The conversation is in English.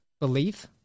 belief